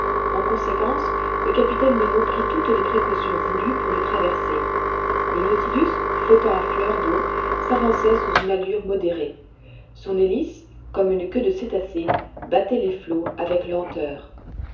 en conséquence le capitaine nemo prit toutes les précautions voulues pour le traverser le nautilus flottant à fleur d'eau s'avançait sous une allure modérée son hélice comme une queue de cétacé battait les flots avec lenteur